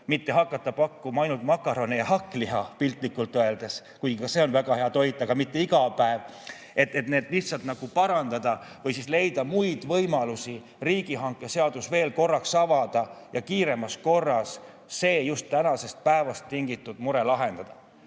mitte hakata pakkuma ainult makarone ja hakkliha, piltlikult öeldes, kuigi ka see on väga hea toit, aga mitte iga päev. Et need lihtsalt nagu parandada või siis leida muu võimalus riigihangete seadus veel korraks avada, et kiiremas korras just see tänasest päevast tingitud mure lahendada.